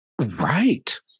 right